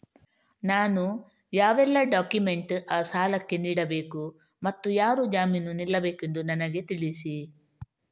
ನಾನು ಯಾವೆಲ್ಲ ಡಾಕ್ಯುಮೆಂಟ್ ಆ ಸಾಲಕ್ಕೆ ನೀಡಬೇಕು ಮತ್ತು ಯಾರು ಜಾಮೀನು ನಿಲ್ಲಬೇಕೆಂದು ನನಗೆ ತಿಳಿಸಿ?